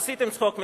עשיתם צחוק מעצמכם,